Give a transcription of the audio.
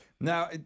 now